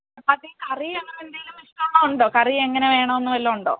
അത് ഈ കറി അങ്ങനെയെന്തേലും ഇഷ്ടമുള്ളത് ഉണ്ടോ കറി എങ്ങനെ വേണം എന്ന് വല്ലതും ഉണ്ടോ